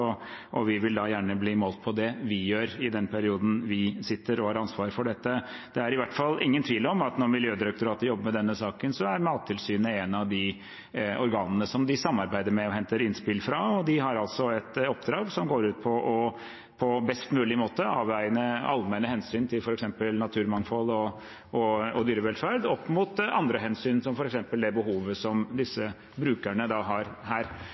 og vi vil gjerne bli målt på det vi gjør i den perioden vi sitter og har ansvaret for dette. Det er i hvert fall ingen tvil om at når Miljødirektoratet jobber med denne saken, er Mattilsynet et av de organene de samarbeider med og henter innspill fra. De har altså et oppdrag som går ut på på best mulig måte å avveie allmenne hensyn til f.eks. naturmangfold og dyrevelferd opp mot andre hensyn, som f.eks. det behovet disse brukerne her har.